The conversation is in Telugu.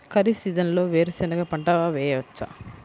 ఖరీఫ్ సీజన్లో వేరు శెనగ పంట వేయచ్చా?